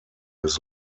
his